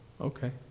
okay